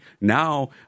Now